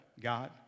God